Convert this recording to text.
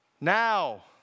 Now